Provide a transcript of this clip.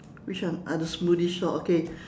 which one ah the smoothie shop okay